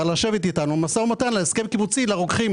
כדי שישב איתנו על הסכם קיבוצי לרוקחים,